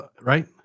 right